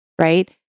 right